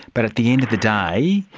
but at the end of the day,